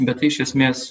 bet tai iš esmės